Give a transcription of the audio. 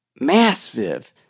massive